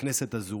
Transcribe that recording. בכנסת הזו,